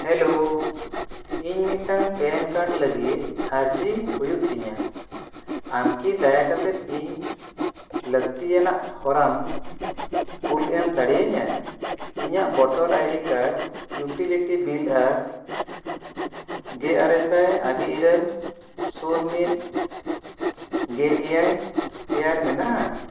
hello ᱤᱧ ᱢᱤᱫᱴᱟᱱ PAN card ᱞᱟᱹᱜᱤᱫ ᱟᱨᱡᱤ ᱦᱩᱭᱩᱜ ᱛᱤᱧᱟ ᱟᱢ ᱠᱤ ᱫᱟᱭᱟ ᱠᱟᱛᱮᱫ ᱤᱧ ᱞᱟᱹᱠᱛᱤᱭᱟᱱᱟᱜ ᱦᱚᱨᱟᱢ ᱠᱩᱞᱮᱢ ᱫᱟᱲᱮᱭᱤᱧᱟ ᱤᱧᱟᱹᱜ voter ID card utility bill ᱟᱨ ᱜᱮ ᱟᱨᱮ ᱥᱟᱭ ᱟᱜᱮ ᱤᱨᱟᱹᱞ ᱥᱩᱱ ᱢᱤᱫ ᱜᱮ ᱮᱭᱟᱭ ᱛᱮᱭᱟᱨ ᱢᱮᱱᱟᱜᱼᱟ